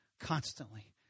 Constantly